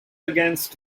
against